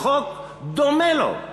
החוק דומה לו,